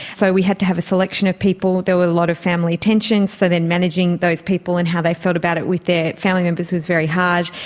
so we had to have a selection of people, there were a lot of family tensions, so then managing those people and how they felt about it with their family members was very hard.